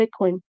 Bitcoin